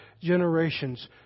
generations